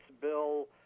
bill